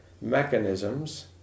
mechanisms